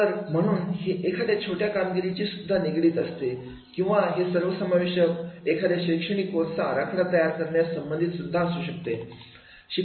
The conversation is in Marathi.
तर म्हणून हे एखाद्या छोट्या कामगिरीची सुद्धा निगडित असते किंवा वा हे सर्वसमावेशक एखाद्या शैक्षणिक कोर्सचा आराखडा तयार करण्यास संबंधित सुद्धा असू शकते